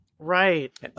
Right